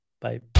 Bye